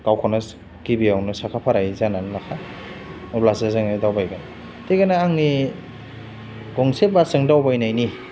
गावखौनो गिबियावनो साखा फारायै जाना लाखा अब्लासो जोङो दावबायगोन जेखुनु आंनि गंसे बासजों दावबायनायनि